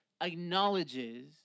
acknowledges